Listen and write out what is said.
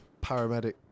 paramedic